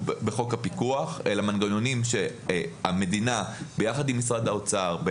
בחוק הפיקוח אלא מנגנונים שהמדינה ביחד עם משרד האוצר,